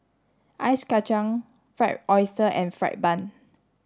Ice Kachang fried oyster and fried bun